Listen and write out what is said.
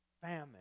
famine